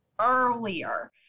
earlier